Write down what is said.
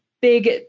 big